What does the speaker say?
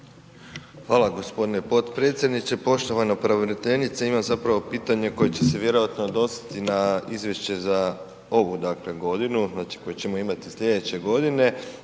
Hvala gospodine potpredsjedniče. Poštovana pravobraniteljice, imam zapravo pitanje koje će se vjerojatno odnositi na izvješće za ovu dakle godinu, znači koje ćemo imati sljedeće godine